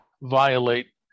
violate